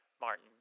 Martin